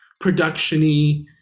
production-y